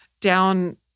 down